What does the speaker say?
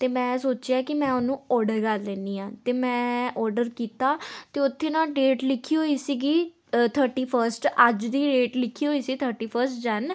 ਅਤੇ ਮੈਂ ਸੋਚਿਆ ਕਿ ਮੈਂ ਉਹਨੂੰ ਔਡਰ ਕਰ ਲੈਦੀ ਹਾਂ ਅਤੇ ਮੈਂ ਔਡਰ ਕੀਤਾ ਅਤੇ ਉੱਥੇ ਨਾ ਡੇਟ ਲਿਖੀ ਹੋਈ ਸੀਗੀ ਥਰਟੀ ਫਸਟ ਅੱਜ ਦੀ ਡੇਟ ਲਿਖੀ ਹੋਈ ਸੀ ਥਰਟੀ ਫਸਟ ਜੈਨ